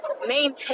maintain